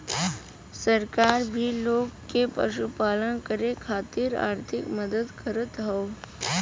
सरकार भी लोग के पशुपालन करे खातिर आर्थिक मदद करत हौ